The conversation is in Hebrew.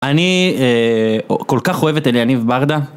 אני כל כך אוהב את אליניב ברדה